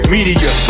Media